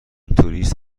توریست